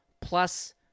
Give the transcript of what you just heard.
plus